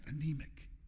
anemic